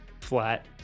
flat